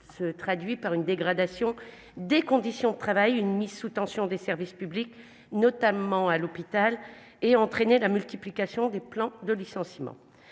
se traduit par une dégradation des conditions de travail, par une mise sous tension des services publics, notamment à l'hôpital, et par la multiplication des plans de licenciements.